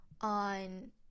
on